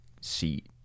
seat